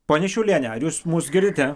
ponia šiauliene ar jūs mus girdite